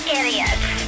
idiots